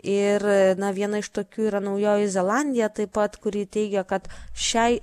ir na viena iš tokių yra naujoji zelandija taip pat kuri teigia kad šiai